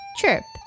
Chirp